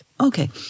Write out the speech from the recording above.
Okay